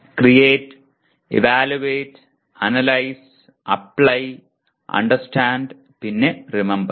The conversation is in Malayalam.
create evaluate analyse apply understand പിന്നെ റിമെംബർ